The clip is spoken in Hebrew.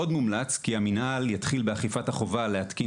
עוד מומלץ כי המינהל יתחיל באכיפת החובה להתקין